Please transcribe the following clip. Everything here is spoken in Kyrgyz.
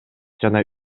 жана